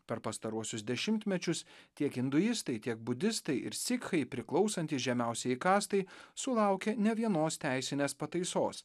per pastaruosius dešimtmečius tiek induistai tiek budistai ir sikchai priklausantys žemiausiajai kastai sulaukia ne vienos teisinės pataisos